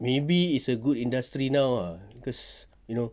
maybe it's a good industry now ah cause you know